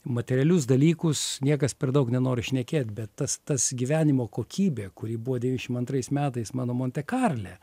materialius dalykus niekas per daug nenori šnekėt bet tas tas gyvenimo kokybė kuri buvo devyniasdešimt antrais metais mano monte karle